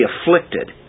afflicted